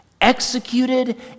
Executed